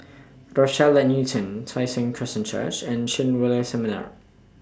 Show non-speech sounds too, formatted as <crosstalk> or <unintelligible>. Rochelle At Newton Tai Seng Christian Church and Chen <unintelligible> Seminar